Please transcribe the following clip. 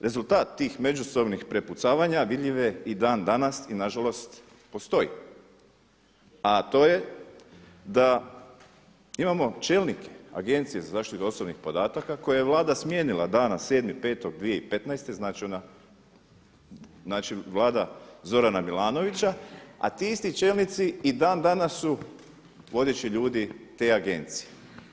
Rezultat tih međusobnih prepucavanja vidljiv je i dan danas i nažalost postoji a to je da imamo čelnike, agencije za zaštitu osobnih podataka koje je Vlada smijenila dana 7.5.2015. znači ona, znači Vlada Zorana Milanovića a ti isti čelnici i dan danas su vodeći ljudi te agencije.